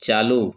चालू